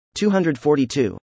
242